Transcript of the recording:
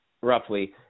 roughly